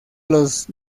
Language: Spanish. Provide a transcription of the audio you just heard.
los